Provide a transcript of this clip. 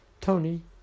Tony